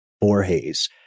Borges